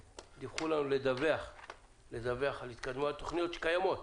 לדווח על התקדמות התוכניות הקיימות.